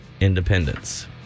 independence